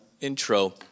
intro